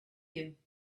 you